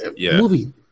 movie